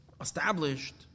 established